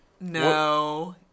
No